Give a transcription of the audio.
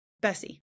Bessie